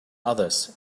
others